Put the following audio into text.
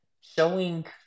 showing